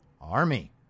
Army